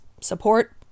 support